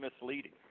misleading